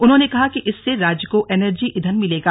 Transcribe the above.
उन्होंने कहा कि इससे राज्य को एनर्जी इंधन मिलेगा